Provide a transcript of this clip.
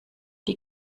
die